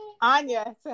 Anya